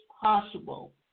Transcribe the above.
possible